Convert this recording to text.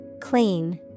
Clean